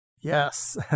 Yes